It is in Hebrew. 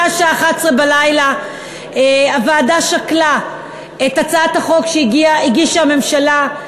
אחרי השעה 00:23. הוועדה שקלה את הצעת החוק שהגישה הממשלה,